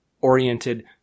oriented